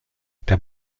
der